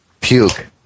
Puke